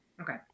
okay